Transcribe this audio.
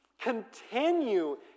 continue